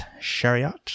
Chariot